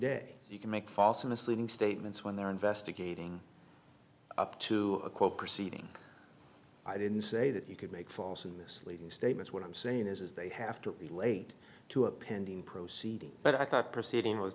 day you can make false or misleading statements when they're investigating up to a quote proceeding i didn't say that you could make false and misleading statements what i'm saying is they have to relate to a pending proceeding but i thought proceeding was